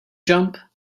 jump